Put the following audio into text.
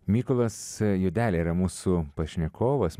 mykolas juodelė yra mūsų pašnekovas